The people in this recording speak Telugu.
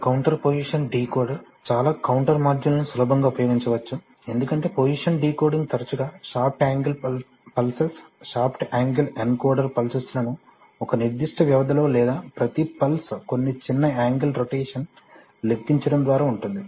ఇది కౌంటర్ పొజిషన్ డీకోడర్ చాలా కౌంటర్ మాడ్యూళ్ళను సులభంగా ఉపయోగించవచ్చు ఎందుకంటే పొజిషన్ డీకోడింగ్ తరచుగా shaft angle pulses shaft angle encoder pulses లను ఒక నిర్దిష్ట వ్యవధిలో లేదా ప్రతి పల్స్ కొన్ని చిన్న యాంగిల్ రొటేషన్ లెక్కించటం ద్వారా ఉంటుంది